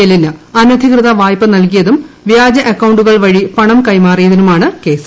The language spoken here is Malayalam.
എല്ലിന് അനധികൃത വായ്പ നൽകിയതും വ്യാജ അക്കൌണ്ടുകൾ വഴി പണം കൈമാറിയതിനുമാണ് കേസ്